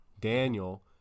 Daniel